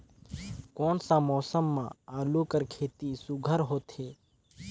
कोन सा मौसम म आलू कर खेती सुघ्घर होथे?